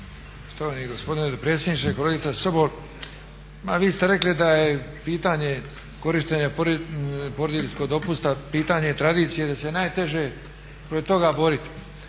Poštovani gospodine dopredsjedniče, kolegice Sobol, ma vi ste rekli da je pitanje korištenja porodiljskog dopusta pitanje tradicije, da se najteže protiv toga boriti.